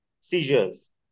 seizures